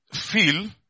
feel